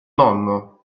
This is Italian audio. nonno